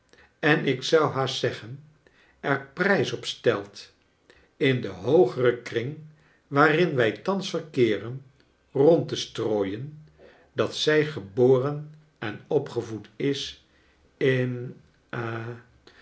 en ik zou haast zeggen er prijs op stelt in den hoogeren kring waarin wij thans verkeeren rond te strooien dat zij geboren en opgevoed is in